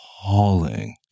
appalling